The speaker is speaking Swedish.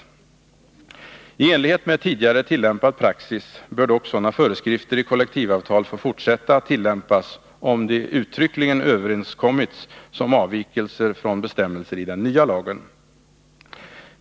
I enlighet med tidigare tillämpad praxis bör dock sådana föreskrifter i kollektivavtal få fortsätta att tillämpas, om de uttryckligen överenskommits som avvikelser från bestämmelser i den nya lagen.